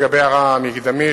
לגבי ההערה המקדמית,